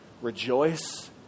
Rejoice